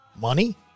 Money